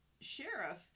Sheriff